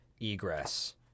egress